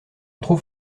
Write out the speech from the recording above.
trouve